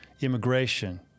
immigration